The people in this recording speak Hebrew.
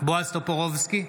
בועז טופורובסקי,